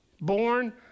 Born